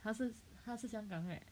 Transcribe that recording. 他是他是香港 the right